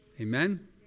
Amen